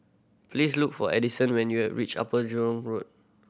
please look for Addisyn when you reach Upper Jurong Road